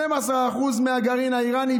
12% מהגרעין האיראני,